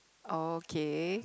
okay